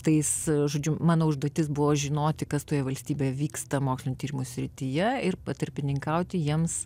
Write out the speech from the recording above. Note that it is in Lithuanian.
tais žodžiu mano užduotis buvo žinoti kas toje valstybėje vyksta mokslinių tyrimų srityje ir patarpininkauti jiems